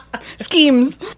schemes